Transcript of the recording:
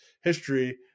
history